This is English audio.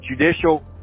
judicial